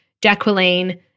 Jacqueline